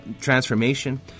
transformation